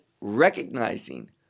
recognizing